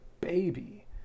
baby